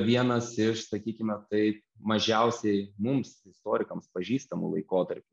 vienas iš sakykime tai mažiausiai mums istorikams pažįstamų laikotarpių